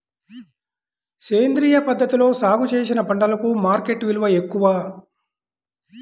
సేంద్రియ పద్ధతిలో సాగు చేసిన పంటలకు మార్కెట్ విలువ ఎక్కువ